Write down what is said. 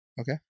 Okay